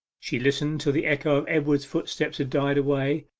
she listened till the echo of edward's footsteps had died away,